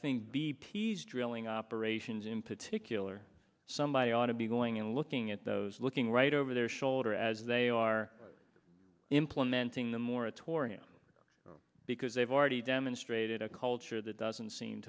think b p s drilling operations in particular somebody ought to be going in looking at those looking right over their shoulder as they are implementing the moratorium because they've already demonstrated a culture that doesn't seem